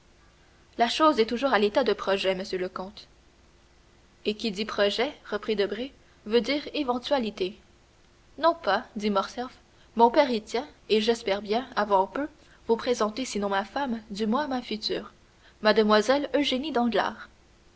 la chose est toujours à l'état de projet monsieur le comte et qui dit projet reprit debray veut dire éventualité non pas dit morcerf mon père y tient et j'espère bien avant peu vous présenter sinon ma femme du moins ma future mademoiselle eugénie